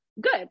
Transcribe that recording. good